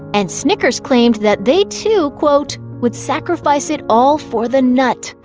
and snickers claimed that they, too, quote, would sacrifice it all for the nut.